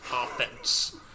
offense